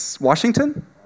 Washington